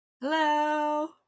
hello